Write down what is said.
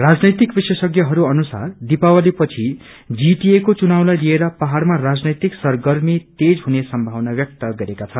रजनैतिक विशेषज्ञहरू अनुसार दिपावली पछि जीटीए को चुनावलाई लिएर पहाड़मा राजनैमिक सरगर्मी तेज हुने संभावना व्यक्त गरेका छन्